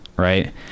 right